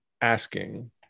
asking